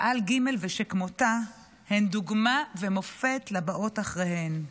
סא"ל ג' ושכמותה הן דוגמה ומופת לבאות אחריהן.